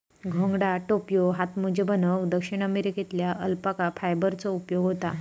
घोंगडा, टोप्यो, हातमोजे बनवूक दक्षिण अमेरिकेतल्या अल्पाका फायबरचो उपयोग होता